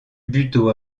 buteau